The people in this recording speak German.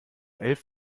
elf